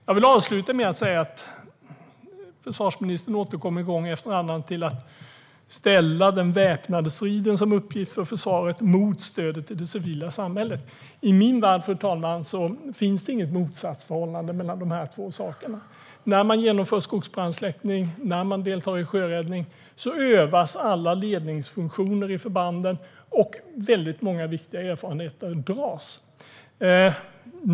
Jag vill avsluta med att säga att försvarsministern gång efter annan återkommer till att ställa den väpnade striden som uppgift för försvaret mot stödet till det civila samhället. I min värld, fru talman, finns det inget motsatsförhållande mellan de två. När man genomför skogsbrandssläckning, när man deltar i sjöräddning övar man alla ledningsfunktioner i förbanden, och man gör många viktiga erfarenheter.